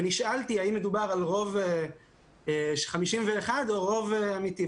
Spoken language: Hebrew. נשאלתי האם מדובר על רוב של 51 או רוב אמיתי?